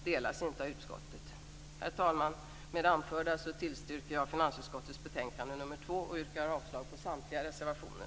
Herr talman! Med det anförda tillstyrker jag finansutskottets betänkande nr 2 och yrkar avslag på samtliga reservationer.